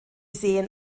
sehen